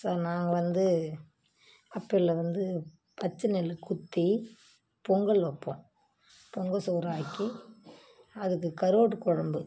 sir நாங்கள் வந்து அப்போயிலிருந்து பச்சை நெல்லு குத்தி பொங்கல் வப்போம் பொங்கல் சோறும் ஆக்கி அதுக்கு கருவாட்டு குழம்பு